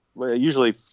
Usually